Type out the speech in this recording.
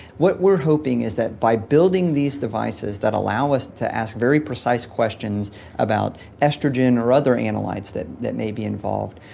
what we're hoping is that by building these devices that allow us to ask very precise questions about oestrogen or other anolytes that that may be involved,